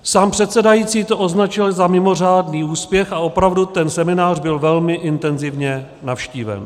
Sám předsedající to označil za mimořádný úspěch a opravdu ten seminář byl velmi intenzivně navštíven.